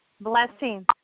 Blessing